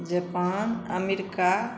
Japan America